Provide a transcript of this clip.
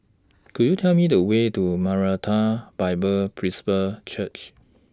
Could YOU Tell Me The Way to Maranatha Bible Presby Church